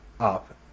up